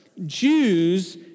Jews